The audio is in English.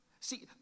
See